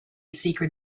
secret